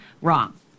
wrong